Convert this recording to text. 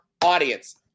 audience